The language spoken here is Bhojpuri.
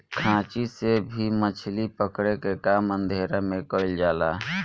खांची से भी मछली पकड़े के काम अंधेरा में कईल जाला